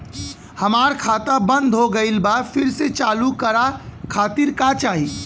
हमार खाता बंद हो गइल बा फिर से चालू करा खातिर का चाही?